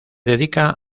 dedica